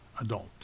adult